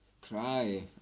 cry